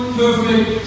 perfect